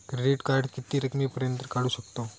Credit card किती रकमेपर्यंत काढू शकतव?